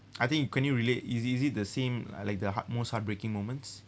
I think you can you relate is it is it the same like the heart most heartbreaking moments